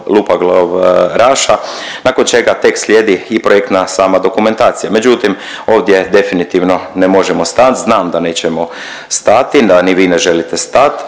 Lupoglav-Raša nakon čega tek slijedi i projektna sama dokumentacija. Međutim, ovdje definitivno ne možemo stat znam da nećemo stati, da ni vi ne želite stat,